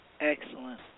Excellent